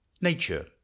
nature